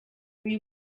uyu